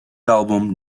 album